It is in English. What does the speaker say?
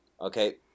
Okay